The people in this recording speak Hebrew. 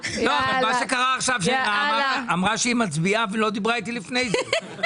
אבל מה שקרה עכשיו שנעמה אמרה שהיא מצביעה ולא דיברה איתי לפני זה.